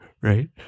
right